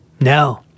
No